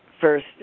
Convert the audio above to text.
first